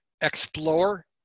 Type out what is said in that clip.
explore